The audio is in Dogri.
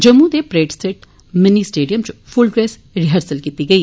जम्मू दे परेड स्थित मिनी स्टेडियम च फूल ड्रेस रिहर्सल कीती गेई